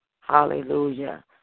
Hallelujah